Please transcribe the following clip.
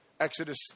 Exodus